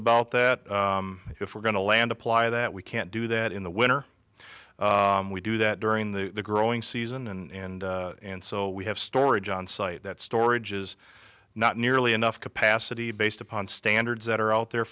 about that if we're going to land apply that we can't do that in the winter we do that during the growing season and and so we have storage on site that storage is not nearly enough capacity based upon standards that are out there